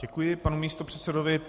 Děkuji panu místopředsedovi.